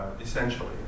essentially